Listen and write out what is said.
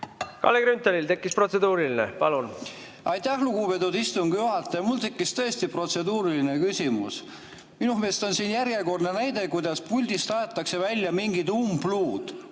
Kalle Grünthalil tekkis protseduuriline. Palun! Aitäh, lugupeetud istungi juhataja! Mul tekkis tõesti protseduuriline küsimus. Minu meelest on siin järjekordne näide, kuidas puldist aetakse välja mingit umbluud.